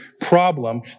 problem